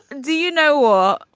do you know or.